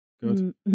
Good